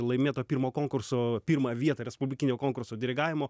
laimėto pirmo konkurso pirmą vietą respublikinio konkurso dirigavimo